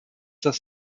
das